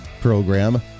program